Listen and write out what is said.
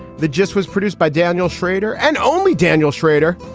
that just was produced by daniel shrader and only daniel schrader.